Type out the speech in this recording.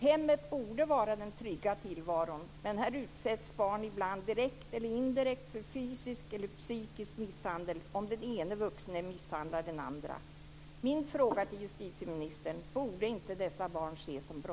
Hemmet borde vara en trygg tillvaro, men här utsätts barn ibland, direkt eller indirekt, för fysisk eller psykisk misshandel om den ene vuxne misshandlar den andra.